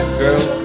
girl